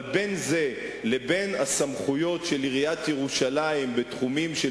אבל בין זה לבין הסמכויות של עיריית ירושלים בתחומים של